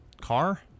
Car